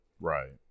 right